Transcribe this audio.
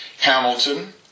Hamilton